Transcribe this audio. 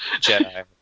Jedi